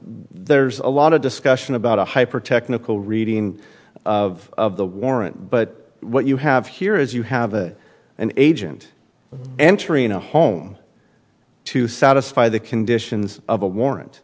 there's a lot of discussion about a hypertechnical reading of the warrant but what you have here is you have a an agent entering a home to satisfy the conditions of a warrant